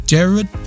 Jared